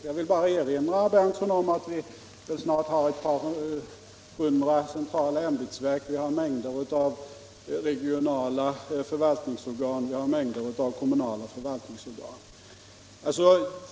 Jag vill erinra herr Berndtson om att det snart finns ett par hundra centrala ämbetsverk samt mängder av regionala och kommunala förvaltningsorgan.